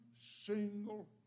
single